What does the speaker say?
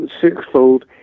sixfold